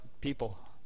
people